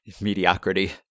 mediocrity